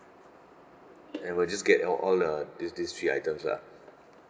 and I will just get that all the these these three items lah